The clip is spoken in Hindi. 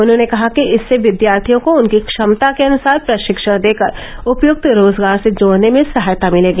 उन्होंने कहा कि इससे विद्यार्थियों को उनकी क्षमता के अनुसार प्रशिक्षण देकर उपयुक्त रोजगार से जोड़ने में सहायता भिलेगी